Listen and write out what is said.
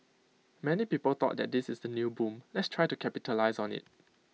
many people thought that this is the new boom let's try to capitalise on IT